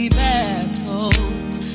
battles